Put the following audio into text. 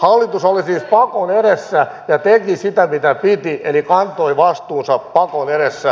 hallitus oli siis pakon edessä ja teki sitä mitä piti eli kantoi vastuunsa pakon edessä